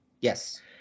Yes